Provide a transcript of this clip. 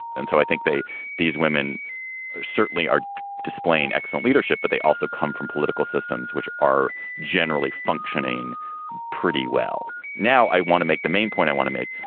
and so i think they these women certainly are displaying excellent leadership, but they also come from political systems, which are generally functioning pretty well. now, i want to make the main point i want to make,